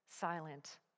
silent